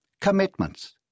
Commitments